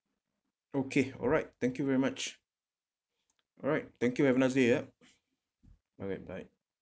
okay alright thank you very much alright thank you have a nice day ya alright bye